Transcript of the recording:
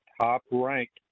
top-ranked